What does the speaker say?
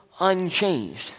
unchanged